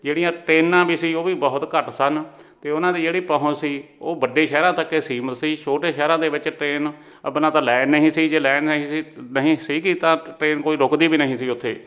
ਜਿਹੜੀਆਂ ਟ੍ਰੇਨਾਂ ਵੀ ਸੀ ਉਹ ਵੀ ਬਹੁਤ ਘੱਟ ਸਨ ਅਤੇ ਉਹਨਾਂ ਦੀ ਜਿਹੜੀ ਪਹੁੰਚ ਸੀ ਉਹ ਵੱਡੇ ਸ਼ਹਿਰਾਂ ਤੱਕ ਸੀਮਿਤ ਸੀ ਛੋਟੇ ਸ਼ਹਿਰਾਂ ਦੇ ਵਿੱਚ ਟ੍ਰੇਨ ਅੱਬਲ ਹੈ ਤਾਂ ਲਾਇਨ ਨਹੀਂ ਸੀ ਜੇ ਲਾਈਨ ਨਹੀਂ ਸੀ ਨਹੀਂ ਸੀਗੀ ਤਾਂ ਟ੍ਰੇਨ ਕੋਈ ਰੁਕਦੀ ਵੀ ਨਹੀਂ ਸੀ ਉੱਥੇ